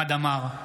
חמד עמאר,